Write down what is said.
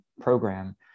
program